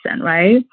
Right